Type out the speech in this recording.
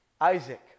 Isaac